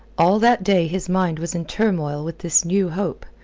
all that day his mind was in turmoil with this new hope,